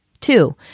Two